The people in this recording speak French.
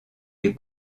les